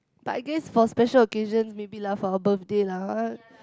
but I guess for special occasions maybe lah for a birthday lah